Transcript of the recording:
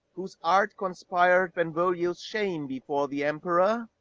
whose art conspir'd benvolio's shame before the emperor?